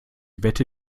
wette